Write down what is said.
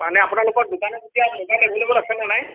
মানে আপোনালোকৰ দোকানত এতিয়া ম'বাইল এভেইলেবল আছে নে নাই